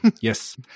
yes